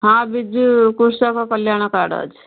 ହଁ ବିଜୁ କୃଷକକଲ୍ୟାଣ କାର୍ଡ଼ ଅଛି